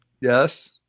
Yes